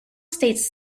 states